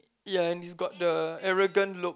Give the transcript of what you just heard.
ya and he's got the arrogant look